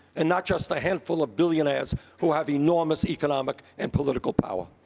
and not just a handful of billionaires who have enormous economic and political power.